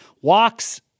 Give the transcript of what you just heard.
walks